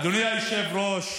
אדוני היושב-ראש,